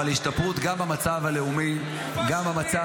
אבל השתפרות גם במצב הלאומי --- תקופה של נס.